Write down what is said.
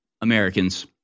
Americans